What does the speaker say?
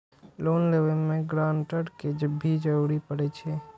Loan लेबे में grantor के भी जरूरी परे छै?